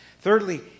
Thirdly